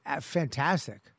fantastic